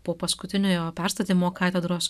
po paskutiniojo perstatymo katedros